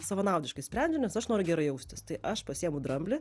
savanaudiškai sprendžiu nes aš noriu gerai jaustis tai aš pasiimu dramblį